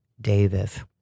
Davis